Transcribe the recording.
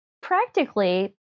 practically